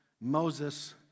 Moses